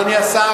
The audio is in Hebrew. (מחיאות כפיים) אדוני שר,